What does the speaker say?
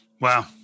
Wow